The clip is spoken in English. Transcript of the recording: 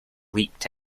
leaked